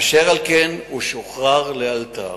אשר על כן הוא שוחרר לאלתר.